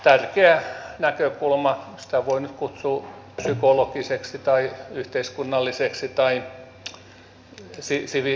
tärkeä näkökulma sitä voi nyt kutsua psykologiseksi tai yhteiskunnalliseksi tai sivistykselliseksikin